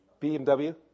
BMW